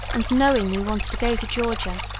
and knowing we wanted to go to georgia,